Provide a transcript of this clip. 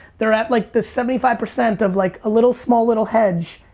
they're at like the seventy five percent of like a little small little hedge,